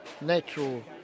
natural